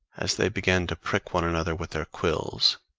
as they began to prick one another with their quills,